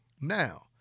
Now